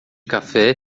café